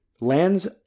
lands